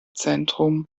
zentrum